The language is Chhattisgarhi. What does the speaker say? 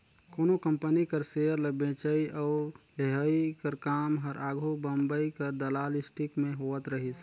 कोनो कंपनी कर सेयर ल बेंचई अउ लेहई कर काम हर आघु बंबई कर दलाल स्टीक में होवत रहिस